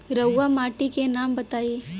रहुआ माटी के नाम बताई?